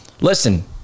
Listen